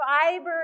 fiber